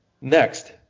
Next